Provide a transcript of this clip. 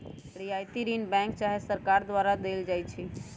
रियायती ऋण बैंक चाहे सरकार द्वारा देल जाइ छइ